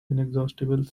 inexhaustible